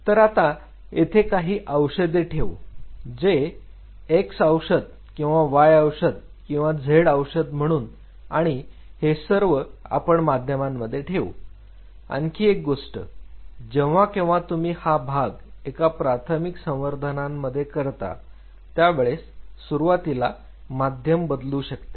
तर आता येथे काही औषध ठेवू जे x औषध किंवा y औषध किंवा z औषध म्हणून आणि आणि हे सर्व आपण माध्यमांमध्ये ठेवू आणखी एक गोष्ट जेव्हा केव्हा तुम्ही हा भाग एका प्राथमिक संवर्धनामध्ये करता त्यावेळेस सुरवातीला माध्यम बदलू शकते